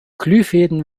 glühfäden